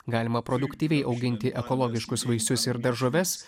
galima produktyviai auginti ekologiškus vaisius ir daržoves